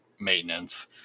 maintenance